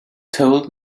told